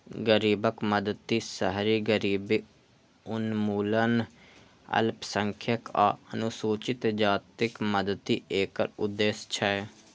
गरीबक मदति, शहरी गरीबी उन्मूलन, अल्पसंख्यक आ अनुसूचित जातिक मदति एकर उद्देश्य छै